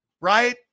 right